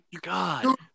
God